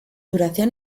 duración